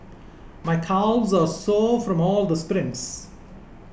my calves are sore from all of the sprints